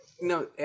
no